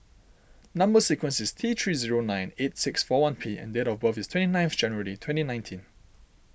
Number Sequence is T three zero nine eight six four one P and date of birth is twenty nine of January twenty nineteen